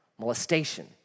molestation